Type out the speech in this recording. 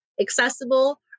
accessible